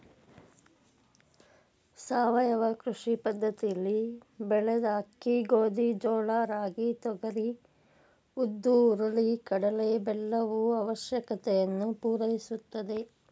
ಸಾವಯವ ಕೃಷಿ ಪದ್ದತಿಲಿ ಬೆಳೆದ ಅಕ್ಕಿ ಗೋಧಿ ಜೋಳ ರಾಗಿ ತೊಗರಿ ಉದ್ದು ಹುರುಳಿ ಕಡಲೆ ಬೆಲ್ಲವು ಅವಶ್ಯಕತೆಯನ್ನು ಪೂರೈಸುತ್ತದೆ